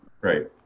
Right